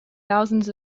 thousands